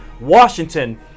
Washington